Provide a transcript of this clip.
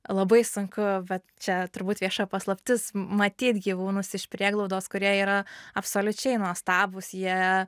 labai sunku vat čia turbūt vieša paslaptis matyt gyvūnus iš prieglaudos kurie yra absoliučiai nuostabūs jie